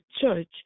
church